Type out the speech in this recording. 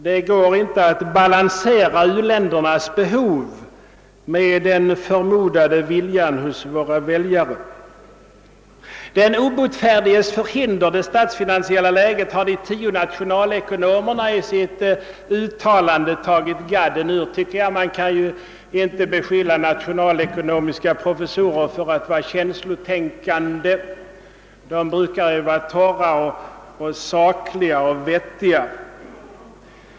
Det går inte att balansera u-ländernas behov mot den förmodade viljan hos våra väljare. Den obotfärdiges förhinder, det statsfinansiella läget, har de tio nationalekonomerna i sitt uttalande tagit gadden ur enligt min mening. Man kan ju inte beskylla nationalekonomiska professorer för att hänge sig åt känslotänkande — de brukar vara torra, sakliga och vettiga.